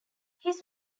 his